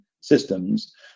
systems